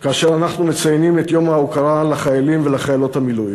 כאשר אנחנו מציינים את יום ההוקרה לחיילי ולחיילות המילואים.